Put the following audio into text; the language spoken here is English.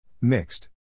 Mixed